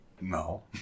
No